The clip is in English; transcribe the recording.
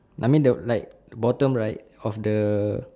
I mean the like bottom right of the